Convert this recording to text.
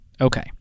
Okay